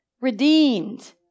Redeemed